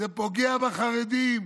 זה פוגע בחרדים,